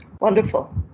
Wonderful